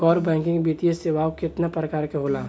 गैर बैंकिंग वित्तीय सेवाओं केतना प्रकार के होला?